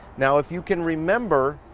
now, if you can remember,